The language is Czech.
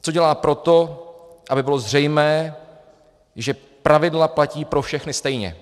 Co dělá pro to, aby bylo zřejmé, že pravidla platí pro všechny stejně?